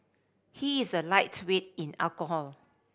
he is a lightweight in alcohol